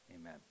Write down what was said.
Amen